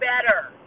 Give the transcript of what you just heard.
better